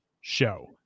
show